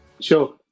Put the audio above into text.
Sure